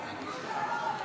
תודה רבה, אדוני היושב-ראש.